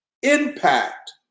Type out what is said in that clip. impact